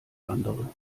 andere